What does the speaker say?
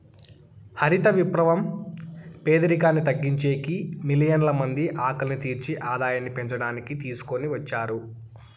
హరిత విప్లవం పేదరికాన్ని తగ్గించేకి, మిలియన్ల మంది ఆకలిని తీర్చి ఆదాయాన్ని పెంచడానికి తీసుకొని వచ్చారు